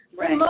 Right